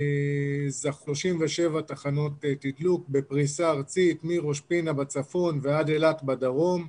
37 תדלוק בפריסה ארצית מראש פינה בצפון ועד אילת בדרום.